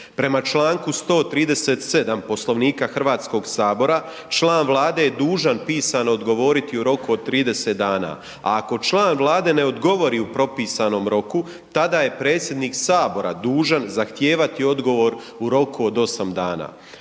Prema čl. 137. Poslovnika HS-a član Vlade je dužan pisano odgovoriti u roku od 30 dana, a ako član Vlade ne odgovori u propisanom roku tada je predsjednik Sabora dužan zahtijevati odgovor u roku od 8 dana.